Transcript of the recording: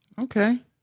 okay